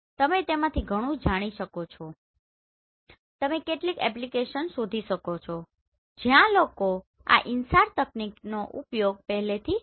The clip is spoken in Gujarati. તમે તેમાંથી ઘણું જાણી શકો છો તમે કેટલીક એપ્લીકેશન શોધી શકો છો જ્યાં લોકો આ InSAR તકનીકનો ઉપયોગ પહેલાથી કરી ચૂક્યા છે